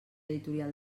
editorial